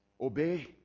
obey